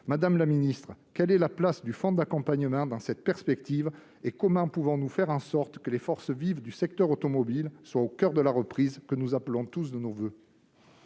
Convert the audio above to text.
Madame la ministre, quelle est la place du fonds d'accompagnement dans cette perspective et comment pouvons-nous faire en sorte que les forces vives du secteur automobile soient au coeur de la reprise que nous appelons tous de nos voeux ?